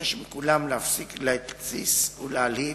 מבקש מכולם להפסיק להתסיס ולהלהיט,